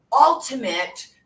ultimate